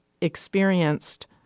experienced